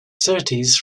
surtees